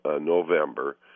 November